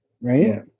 right